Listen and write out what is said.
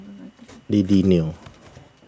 Lily Neo